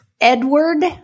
Edward